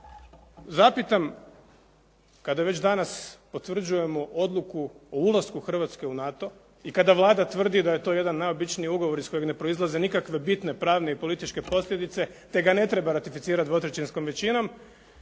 zapitam kada već danas potvrđujemo odluku o ulasku Hrvatske u NATO i kada Vlada tvrdi da je to jedan najobičniji ugovor iz kojeg ne proizlaze nikakve bitne pravne i političke posljedice, te ga ne treba ratificirati dvotrećinskom većinom